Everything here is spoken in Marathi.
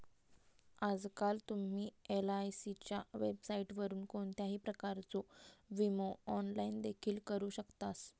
आजकाल तुम्ही एलआयसीच्या वेबसाइटवरून कोणत्याही प्रकारचो विमो ऑनलाइन देखील करू शकतास